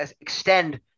extend